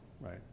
Right